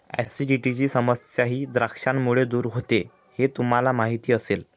ऍसिडिटीची समस्याही द्राक्षांमुळे दूर होते हे तुम्हाला माहिती असेल